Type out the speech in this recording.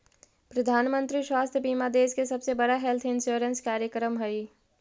प्रधानमंत्री स्वास्थ्य बीमा देश के सबसे बड़ा हेल्थ इंश्योरेंस कार्यक्रम हई